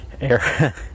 Air